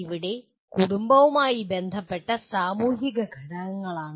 ഇവിടെ കുടുംബവുമായി ബന്ധപ്പെട്ട സാമൂഹിക ഘടകങ്ങളാണ്